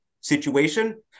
situation